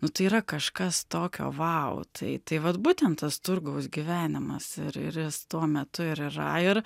nu tai yra kažkas tokio vau tai tai vat būtent tas turgaus gyvenimas ir ir jis tuo metu ir yra ir